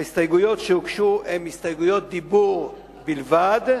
ההסתייגויות שהוגשו הן הסתייגויות דיבור בלבד.